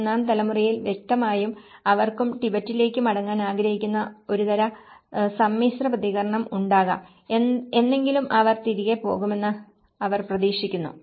മൂന്നാം തലമുറയിൽ വ്യക്തമായും അവർക്കും ടിബറ്റിലേക്ക് മടങ്ങാൻ ആഗ്രഹിക്കുന്ന ഒരുതരം സമ്മിശ്ര പ്രതികരണം ഉണ്ടാകാം എന്നെങ്കിലും അവർ തിരികെ പോകുമെന്ന് അവർ പ്രതീക്ഷിക്കുന്നു